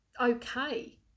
okay